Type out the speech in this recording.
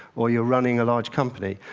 or you're running a large company?